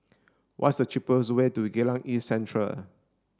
what's the cheapest way to Geylang East Central